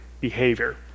behavior